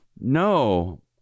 No